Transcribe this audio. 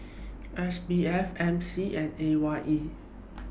SBF MC and AYE